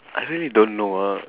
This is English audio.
I really don't know uh